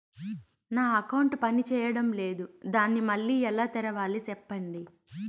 నా అకౌంట్ పనిచేయడం లేదు, దాన్ని మళ్ళీ ఎలా తెరవాలి? సెప్పండి